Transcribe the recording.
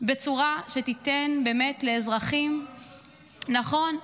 בצורה שתיתן באמת לאזרחים ------ נכון.